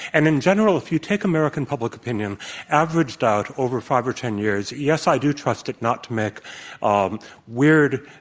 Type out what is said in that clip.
and in general, if you take american public opinion averaged out over five or ten years, yes, i do trust it not to make um weird